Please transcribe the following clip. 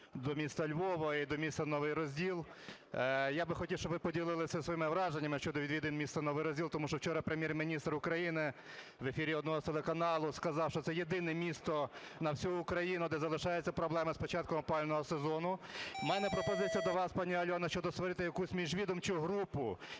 до міста Львова і до міста Новий Розділ. Я би хотів, щоб ви поділилися своїми враженнями щодо відвідин міста Новий Розділ, тому що вчора Прем'єр-міністр України в ефірі одного з телеканалів сказав, що це єдине місто на всю Україну, де залишається проблема з початком опалювального сезону. У мене пропозиція до вас, пані Альона, щодо створити якусь міжвідомчу групу,